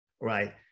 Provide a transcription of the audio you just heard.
right